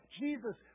Jesus